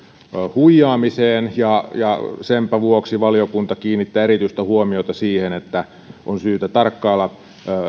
huijaamiseen ja senpä vuoksi valiokunta kiinnittää erityistä huomiota siihen että on syytä tarkkailla